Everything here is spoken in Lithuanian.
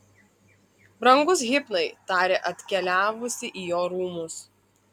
brangus hipnai tarė atkeliavusi į jo rūmus